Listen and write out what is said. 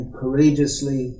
courageously